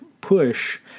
push